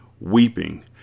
Weeping